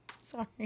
Sorry